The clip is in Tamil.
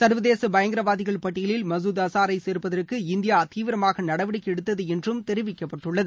சா்வதேச பயங்கரவாதிகள் பட்டியில் மசூத் அசாரை சோ்ப்பதற்கு இந்தியா தீவிரமாக நடவடிக்கை எடுத்தது என்றும் தெரிவிக்கப்பட்டுள்ளது